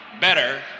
better